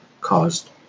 caused